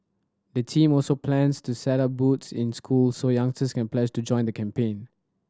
the team also plans to set up booths in schools so youngsters can pledge to join the campaign